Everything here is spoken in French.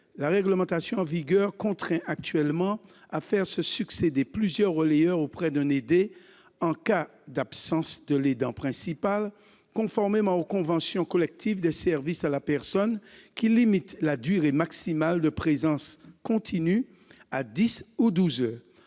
la réglementation en vigueur contraint actuellement à faire se succéder plusieurs relayeurs auprès d'un aidé en cas d'absence de l'aidant principal, conformément aux conventions collectives des services à la personne, qui limitent la durée maximale de présence continue à dix ou douze heures.